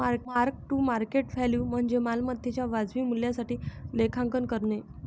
mark to market value म्हणजे मालमत्तेच्या वाजवी मूल्यासाठी लेखांकन करणे